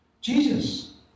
Jesus